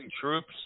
troops